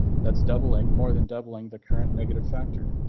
that's doubling more than doubling the current negative factor.